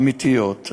אמיתיות.